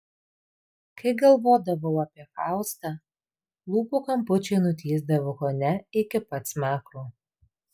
kai galvodavau apie faustą lūpų kampučiai nutįsdavo kone iki pat smakro